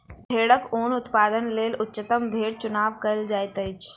भेड़क ऊन उत्पादनक लेल उच्चतम भेड़क चुनाव कयल जाइत अछि